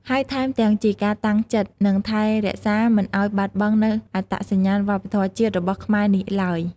ហើយថែមទាំងជាការតាំងចិត្ត និងថែរក្សាមិនឱ្យបាត់បង់នូវអត្តសញ្ញាណវប្បធម៌ជាតិរបស់ខ្មែរនេះឡើយ។